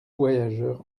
voyageur